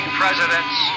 presidents